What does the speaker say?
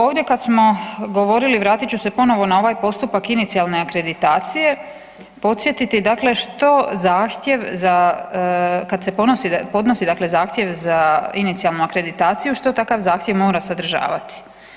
Ovdje kad smo govorili, vratit ću se ponovo na ovaj postupak inicijalne akreditacije, podsjetiti dakle što zahtjev za, kad se podnosi, podnosi dakle zahtjev za inicijalnu akreditaciju, što takav zahtjev mora sadržavati?